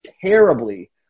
terribly